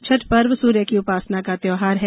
छठ पर्व सूर्य की उपासना का त्योहार है